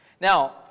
Now